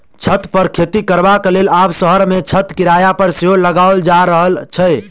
छत पर खेती करबाक लेल आब शहर मे छत किराया पर सेहो लगाओल जा रहल छै